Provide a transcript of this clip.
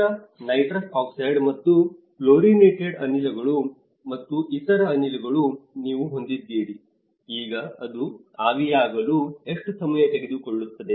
ಇತರ nitrous oxide ಮತ್ತು fluorinated ಅನಿಲಗಳು ಮತ್ತು ಇತರ ಅನಿಲಗಳು ನೀವು ಹೊಂದಿದ್ದೀರಿ ಈಗ ಅದು ಆವಿಯಾಗಲು ಎಷ್ಟು ಸಮಯ ತೆಗೆದುಕೊಳ್ಳುತ್ತದೆ